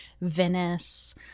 Venice